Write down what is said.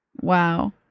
Wow